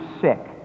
sick